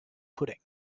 pudding